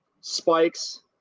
spikes